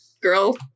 Girl